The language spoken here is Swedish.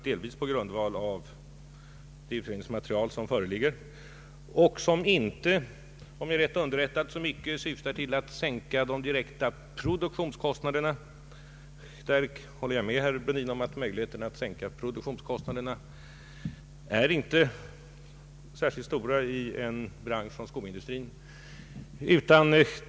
Det utredningsmaterial som föreligger syftar, om jag är rätt underrättad, inte i första hand till att sänka de direkta produktionskostnaderna; jag håller med herr Brundin om att möjligheterna att sänka produktionskostnaderna i en bransch som skoindustrin inte är särskilt stora.